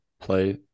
play